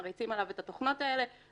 מריצים עליו את התוכנות האלה,